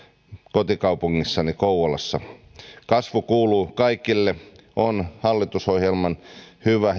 kotikaupungissani kouvolassa kasvu kuuluu kaikille on hallitusohjelman hyvä